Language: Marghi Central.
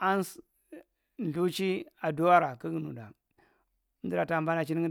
aansu ithuchi aduwara kug’nuda emdura tabana chimda.